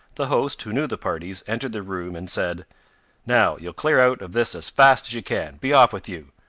the host, who knew the parties, entered the room, and said now you'll clear out of this as fast as you can be off with you,